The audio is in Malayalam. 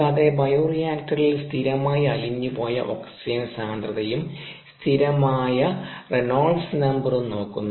കൂടാതെ ബയോറിയാക്ടറിൽ സ്ഥിരമായി അലിഞ്ഞുപോയ ഓക്സിജൻ സാന്ദ്രതയും സ്ഥിരമായ റെയ്നോൾഡ്സ് നമ്പറും നോക്കുന്നു